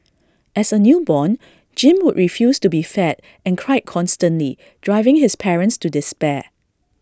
as A newborn Jim would refuse to be fed and cried constantly driving his parents to despair